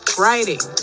writing